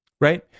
right